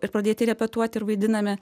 ir pradėti repetuoti ir vaidinami